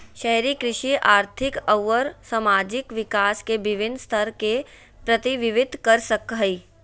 शहरी कृषि आर्थिक अउर सामाजिक विकास के विविन्न स्तर के प्रतिविंबित कर सक हई